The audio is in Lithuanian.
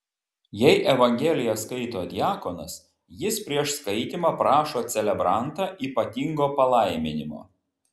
jei evangeliją skaito diakonas jis prieš skaitymą prašo celebrantą ypatingo palaiminimo